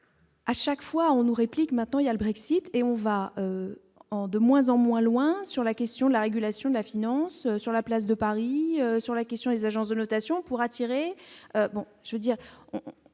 à chaque fois on nous réplique, maintenant il y a le Brexit et on va en de moins en moins loin sur la question de la régulation de la finance sur la place de Paris sur la question des agences de notation pour attirer